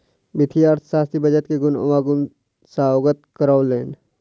वित्तीय अर्थशास्त्री बजट के गुण अवगुण सॅ अवगत करौलैन